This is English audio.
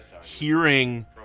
hearing